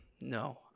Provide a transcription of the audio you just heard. No